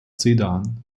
sedan